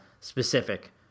specific